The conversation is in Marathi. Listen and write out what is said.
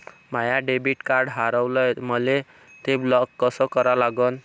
माय डेबिट कार्ड हारवलं, मले ते ब्लॉक कस करा लागन?